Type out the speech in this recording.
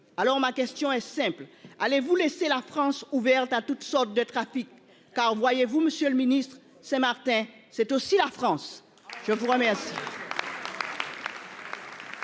Alors ma question est simple, allez-vous laisser la France ouverte à toutes sortes de trafics. Car voyez-vous, Monsieur le Ministre, c'est Martin c'est aussi la France, je vous remercie.